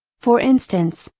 for instance,